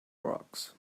rocks